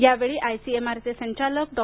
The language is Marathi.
या वेळी आयसीएमआरचे संचालक डॉ